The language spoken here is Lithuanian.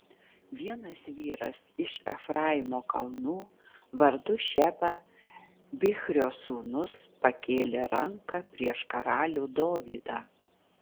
vienas vyras iš efraimo kalnų vardu šeba bichrio sūnus pakėlė ranką prieš karalių dovydą